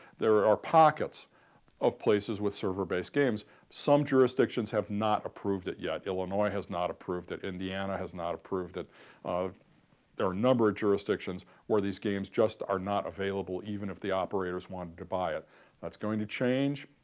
there are pockets of places with server based games some jurisdictions have not approved it yet illinois has not approved it, indiana has not approved it there are a number of jurisdictions where these games just are not available even if the operators wanted to buy it that's going to change,